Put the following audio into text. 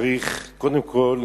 צריך קודם כול